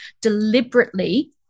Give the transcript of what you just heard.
deliberately